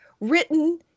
written